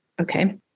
Okay